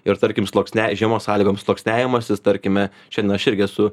ir tarkim sluoksnia žiemos sąlygom sluoksniavimasis tarkime šiandien aš irgi esu